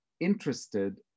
interested